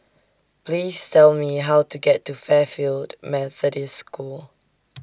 Please Tell Me How to get to Fairfield Methodist School